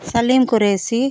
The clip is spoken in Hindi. सलीम क़ुरैशी